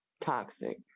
toxic